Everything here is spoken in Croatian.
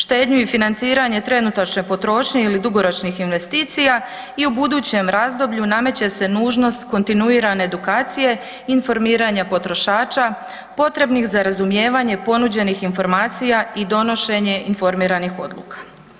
Štednju i financiranje trenutačne potrošnje ili dugoročnih investicija i u budućem razdoblju nameće se nužnost kontinuirane edukacije informiranja potrošača potrebnih za razumijevanje ponuđenih informacija i donošenje informiranih odluka.